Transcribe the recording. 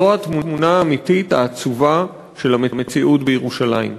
זו התמונה האמיתית העצובה של המציאות בירושלים.